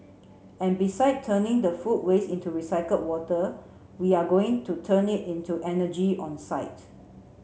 and besides turning the food waste into recycled water we are going to turn it into energy on site